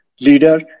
leader